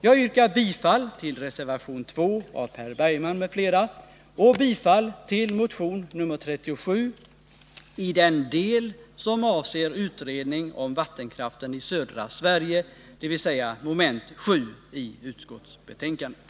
Jag yrkar bifall till reservation nr 2 av Per Bergman m.fl. och bifall till motion nr 37 i den del som avser utredning om vattenkraften i södra Sverige, dvs. mom. 7 i utskottsbetänkandet.